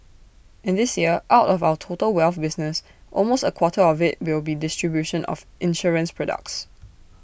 and this year out of our total wealth business almost A quarter of IT will be distribution of insurance products